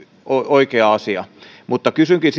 oikea asia mutta kysynkin